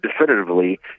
definitively